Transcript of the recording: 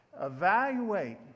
Evaluate